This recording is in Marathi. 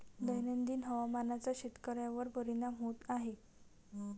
दैनंदिन हवामानाचा शेतकऱ्यांवर परिणाम होत आहे